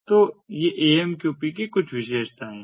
तो ये AMQP की कुछ विशेषताएं हैं